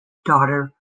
daughter